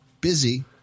busy